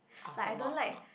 also not not